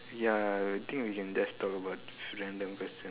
ya ya ya I think we can just talk about random questions